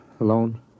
alone